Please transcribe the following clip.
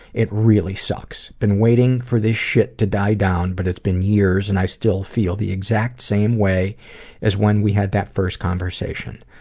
it really sucks. i've been waiting for this shit to die down but it's been years and i still feel the exact same way as when we had that first conversation.